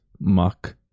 muck